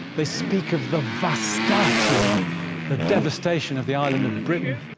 they speak of the vastatio the devastation of the island of britain,